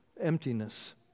emptiness